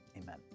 amen